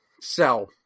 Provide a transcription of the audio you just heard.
Sell